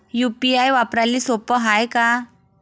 UPI वापराले सोप हाय का?